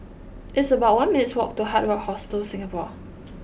it's about one minutes' walk to Hard Rock Hostel Singapore